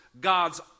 god's